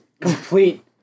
complete